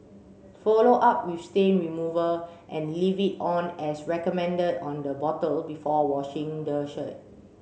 follow up with stain remover and leave it on as recommended on the bottle before washing the shirt